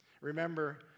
Remember